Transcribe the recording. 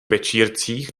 večírcích